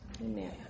Amen